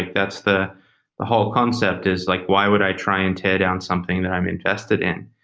that's the the whole concept is like why would i try and tear down something that i'm invested in?